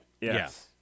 Yes